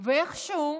איכשהו